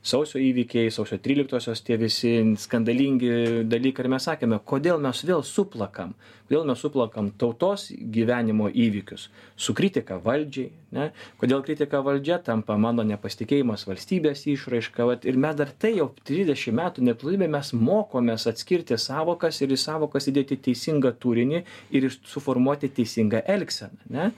sausio įvykiai sausio tryliktosios tie visi skandalingi dalykai ir mes sakėme kodėl mes vėl suplakam kodėl mes suplakam tautos gyvenimo įvykius su kritika valdžiai ane kodėl kritika valdžia tampa mano nepasitikėjimas valstybės išraiška vat ir mes dar tai jau trisdešim metų neturime mes mokomės atskirti sąvokas ir į sąvokas įdėti teisingą turinį ir jis suformuoti teisingą elgseną ane